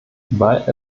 weil